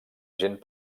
gent